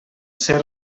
ser